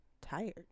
tired